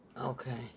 Okay